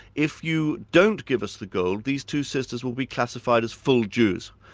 if you don't give us the gold these two sisters will be classified as full jews.